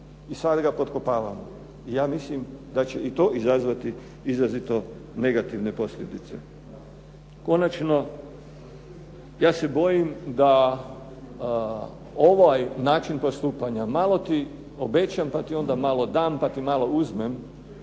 i sad ga potkopavamo. I ja mislim da će i to izazvati izrazito negativne posljedice. Konačno, ja se bojim da ovaj način postupanja malo ti obećam, pa ti onda malo dam, pa ti malo uzmem,